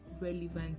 relevant